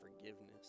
forgiveness